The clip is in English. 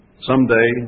someday